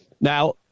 Now